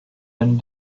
and